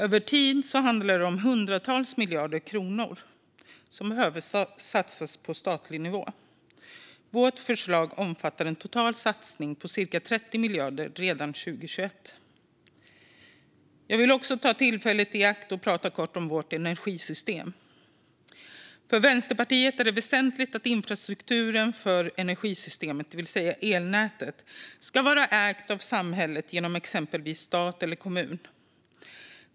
Över tid handlar det om hundratals miljarder kronor som behöver satsas på statlig nivå. Vårt förslag omfattar en total satsning på ca 30 miljarder kronor redan 2021. Jag vill också ta tillfället i akt att tala lite om vårt energisystem. För Vänsterpartiet är det väsentligt att infrastrukturen för energisystemet, det vill säga elnätet, ska vara ägd av samhället genom exempelvis stat eller kommun.